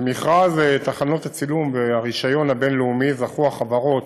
במכרז תחנות הצילום והרישיון הבין-לאומי זכו החברות